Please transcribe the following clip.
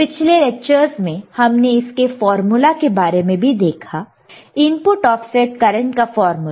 पिछले लेक्चरर्स में हमने इसके फार्मूला के बारे में भी देखा है इनपुट ऑफसेट करंट का फार्मूला